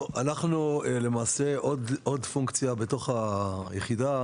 אנחנו למעשה עוד פונקציה בתוך היחידה,